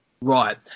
right